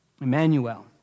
Emmanuel